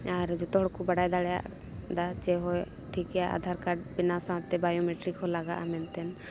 ᱡᱟᱦᱟᱸᱨᱮ ᱡᱚᱛᱚ ᱦᱚᱲᱠᱚ ᱵᱟᱰᱟᱭ ᱫᱟᱲᱮᱭᱟᱫᱟ ᱡᱮ ᱦᱳᱭ ᱴᱷᱤᱠ ᱜᱮᱭᱟ ᱟᱫᱷᱟᱨ ᱠᱟᱨᱰ ᱵᱮᱱᱟᱣ ᱥᱟᱶᱛᱮ ᱵᱟᱭᱳᱢᱮᱴᱨᱤᱠ ᱦᱚᱸ ᱞᱟᱜᱟᱜᱼᱟ ᱢᱮᱱᱛᱮ